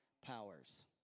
powers